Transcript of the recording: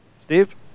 Steve